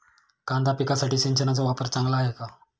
कांदा पिकासाठी सिंचनाचा वापर चांगला आहे का?